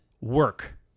work